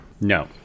No